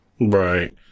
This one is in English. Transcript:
Right